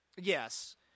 Yes